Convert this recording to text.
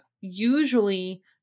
usually